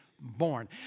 born